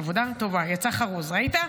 עבודה, טובה, יצא חרוז, ראית?